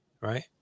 Right